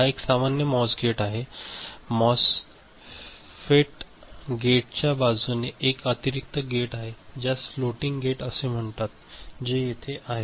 हा एक सामान्य मॉस गेट आहे एमओएसएफईट गेटच्या बाजूने येथे एक अतिरिक्त गेट आहे ज्यास फ्लोटिंग गेट असे म्हणतात जे येथे आहे